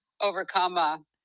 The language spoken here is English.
overcome